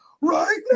right